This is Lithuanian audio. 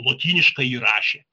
lotyniškąjį rašė